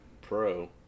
pro